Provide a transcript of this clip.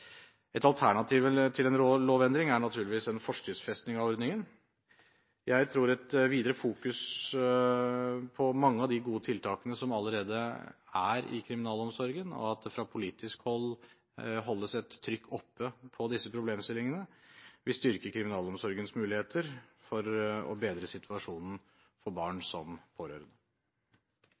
Et alternativ til en lovendring er naturligvis en forskriftsfesting av ordningen. Jeg tror at videre fokusering på mange av de gode tiltakene som allerede er i kriminalomsorgen, og at det fra politisk hold holdes et trykk oppe på disse problemstillingene, vil styrke kriminalomsorgens muligheter for å bedre situasjonen for barn som for pårørende.